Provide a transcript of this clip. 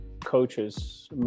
coaches